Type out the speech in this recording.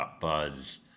.buzz